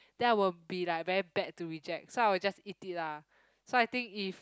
then I will be like very bad to reject so I will just eat it lah so I think if